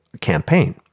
campaign